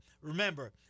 Remember